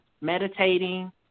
meditating